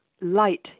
light